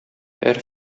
һәр